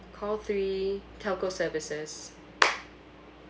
call three telco services